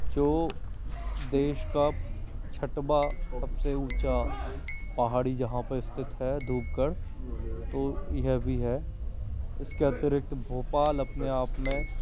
जो देश का छटवाँ सब से ऊँचा पहाड़ी जहाँ पर स्थित है धूपगढ़ तो यह भी है इसके अतिरिक्त भोपाल अपने आप में